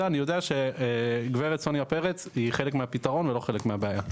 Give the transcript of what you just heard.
אני יודע שגברת סוניה פרץ היא חלק מהפתרון ולא חלק מהבעיה.